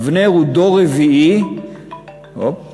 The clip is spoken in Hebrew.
אבנר הוא דור רביעי, סליחה.